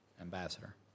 Ambassador